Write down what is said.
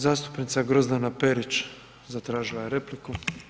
Zastupnica Grozdana Perić zatražila je repliku.